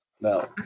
No